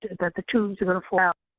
that the tubes are going to fall out.